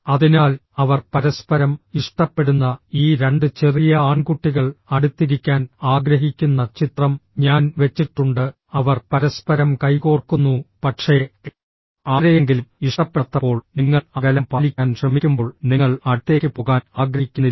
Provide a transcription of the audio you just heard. അതിനാൽ അവർ പരസ്പരം ഇഷ്ടപ്പെടുന്ന ഈ രണ്ട് ചെറിയ ആൺകുട്ടികൾ അടുത്തിരിക്കാൻ ആഗ്രഹിക്കുന്ന ചിത്രം ഞാൻ വെച്ചിട്ടുണ്ട് അവർ പരസ്പരം കൈകോർക്കുന്നു പക്ഷേ ആരെയെങ്കിലും ഇഷ്ടപ്പെടാത്തപ്പോൾ നിങ്ങൾ അകലം പാലിക്കാൻ ശ്രമിക്കുമ്പോൾ നിങ്ങൾ അടുത്തേക്ക് പോകാൻ ആഗ്രഹിക്കുന്നില്ല